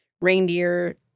reindeer